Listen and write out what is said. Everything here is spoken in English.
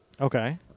Okay